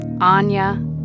Anya